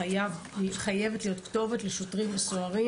שחייבת להיות כתובת לשוטרים וסוהרים